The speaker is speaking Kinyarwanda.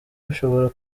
bishobora